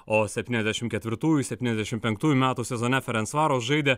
o septyniasdešim ketvirtųjų septyniasdešim penktųjų metų sezone ferensvaroš žaidė